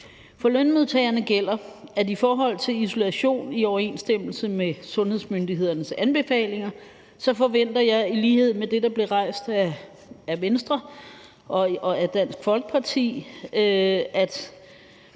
til lønmodtagerne i forhold til isolation i overensstemmelse med sundhedsmyndighedernes anbefalinger forventer jeg i lighed med det, der blev rejst af Venstre og Dansk Folkeparti, at